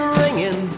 ringing